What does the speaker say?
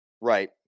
right